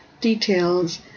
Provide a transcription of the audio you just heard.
details